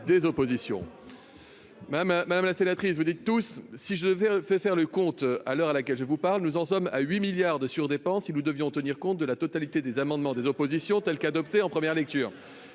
des oppositions madame madame la sénatrice, vous dites tous si je devais fait faire le compte à l'heure à laquelle je vous parle, nous en sommes à 8 milliards de sur, dépend si nous devions tenir compte de la totalité des amendements, des oppositions telle qu'adoptée en première lecture,